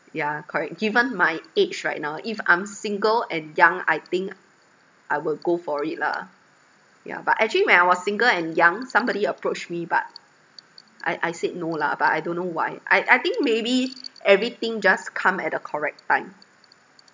yeah correct given my age right now if I'm single and young I think I will go for it lah yeah but actually when I was single and young somebody approached me but I I said no lah but I don't know why I I think maybe everything just come at the correct time